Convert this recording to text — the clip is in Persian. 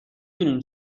دونین